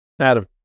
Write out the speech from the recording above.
Adam